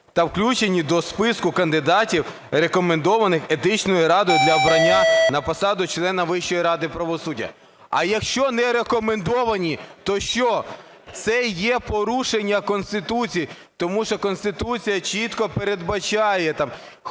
та включені до списку кандидатів, рекомендованих Етичною радою для обрання на посаду члена Вищої ради правосуддя. А якщо не рекомендовані, то що? Це є порушення Конституції, тому що Конституція чітко передбачає, хто